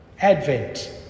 Advent